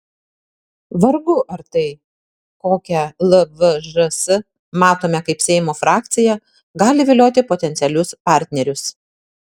vargu ar tai kokią lvžs matome kaip seimo frakciją gali vilioti potencialius partnerius